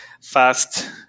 fast